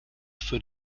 für